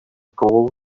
goal